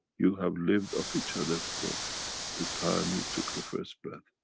you have lived of each other for the time you took the first breath.